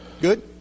good